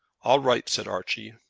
all right, said archie.